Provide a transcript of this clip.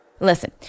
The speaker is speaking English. Listen